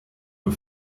nur